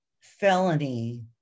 felony